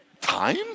time